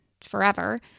forever